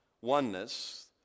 oneness